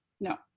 No